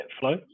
flow